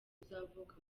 uzavuka